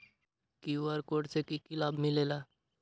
QR code से कि कि लाव मिलेला?